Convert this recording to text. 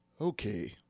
Okay